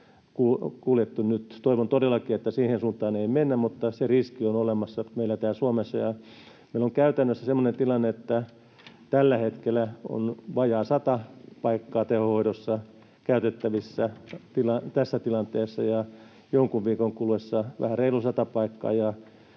toivon todellakin, että siihen suuntaan ei mennä, mutta se riski on olemassa meillä täällä Suomessa. Ja meillä on käytännössä semmoinen tilanne, että tällä hetkellä on vajaa 100 paikkaa tehohoidossa käytettävissä tässä tilanteessa ja jonkun viikon kuluessa vähän reilu 100 paikkaa